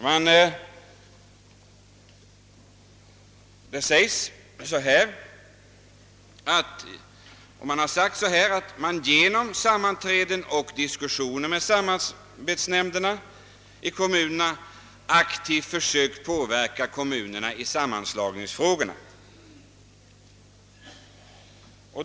Man har sagt att man genom sammanträden och diskussioner med samarbetsnämnderna i kommunerna aktivt försökt påverka kommunerna.